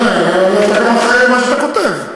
בסדר, אתה גם אחראי למה שאתה כותב.